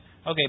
okay